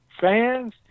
fans